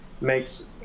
makes